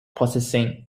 possessing